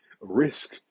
risk